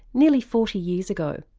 nearly forty years ago.